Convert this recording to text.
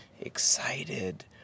excited